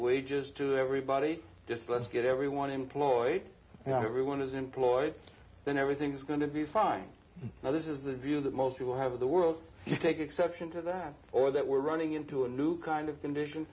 wages to everybody just let's get everyone employed now everyone is employed then everything's going to be fine now this is the view that most people have of the world you take exception to that or that we're running into a new kind of condition